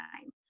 time